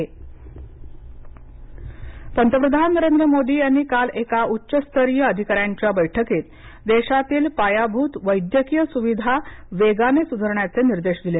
पंतप्रधान बैठक पंतप्रधान नरेंद्र मोदी यांनी काल एका उच्च स्तरीय अधिकाऱ्यांच्या बैठकीत देशातील पायाभूत वैद्यकीय सुविधा वेगाने सुधारण्याचे निर्देश दिले